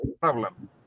problem